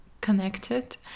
connected